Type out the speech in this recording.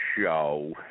show